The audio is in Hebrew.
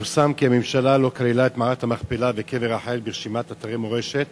פורסם כי הממשלה לא כללה את מערת המכפלה וקבר רחל ברשימת אתרי מורשת,